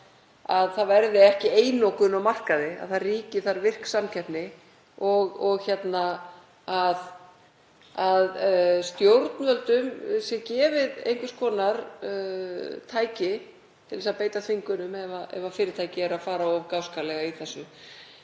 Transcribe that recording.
að það verði ekki einokun á markaði, þar ríki virk samkeppni og stjórnvöldum sé gefið einhvers konar tæki til að beita þvingunum ef fyrirtæki eru að fara of gáskalega í þessu.